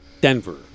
Denver